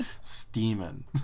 steaming